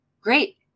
Great